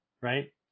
right